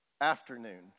afternoon